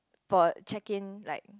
for a check in like